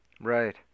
Right